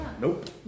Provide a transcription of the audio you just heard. Nope